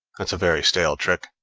that's a very stale trick.